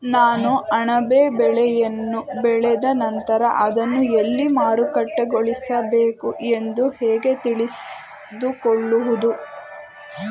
ನಾನು ಅಣಬೆ ಬೆಳೆಯನ್ನು ಬೆಳೆದ ನಂತರ ಅದನ್ನು ಎಲ್ಲಿ ಮಾರುಕಟ್ಟೆಗೊಳಿಸಬೇಕು ಎಂದು ಹೇಗೆ ತಿಳಿದುಕೊಳ್ಳುವುದು?